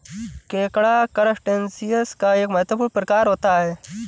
केकड़ा करसटेशिंयस का एक महत्वपूर्ण प्रकार होता है